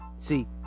See